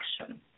action